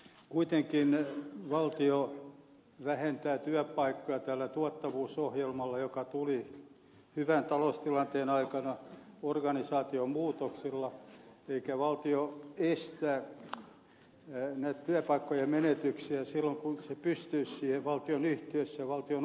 kuitenkin valtio vähentää työpaikkoja tällä tuottavuusohjelmalla joka tuli hyvän taloustilanteen aikana organisaatiomuutoksilla eikä valtio estä työpaikkojen menetyksiä silloin kun se pystyisi siihen valtionyhtiöissä valtion organisaatioissa